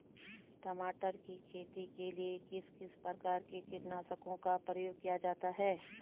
टमाटर की खेती के लिए किस किस प्रकार के कीटनाशकों का प्रयोग किया जाता है?